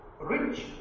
rich